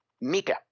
Mika